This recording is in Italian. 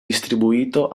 distribuito